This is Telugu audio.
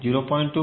25 0